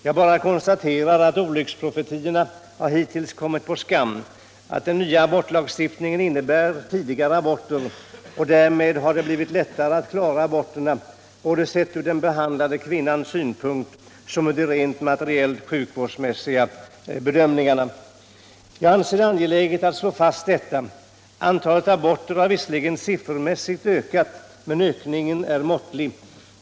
Jag bara konstaterar att olycksprofetiorna hittills har kommit på skam, att den nya abortlagstiftningen innebär tidigare aborter och att det därmed har blivit lättare att klara aborterna både sett ur den behandlade kvinnans synpunkt och vad gäller rent materiellt sjukvårdsresursmässiga bedömningar. Jag anser det angeläget att slå fast detta. Antalet aborter har visserligen siffermässigt ökat, men ökningen är måttlig.